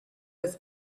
was